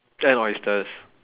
and oysters